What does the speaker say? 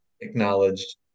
acknowledged